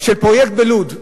של פרויקט בלוד.